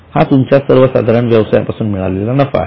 हा तुमच्या सर्वसाधारण व्यवसायापासून मिळालेला नफा आहे